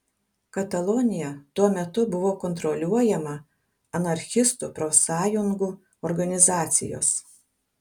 katalonija tuo metu buvo kontroliuojama anarchistų profsąjungų organizacijos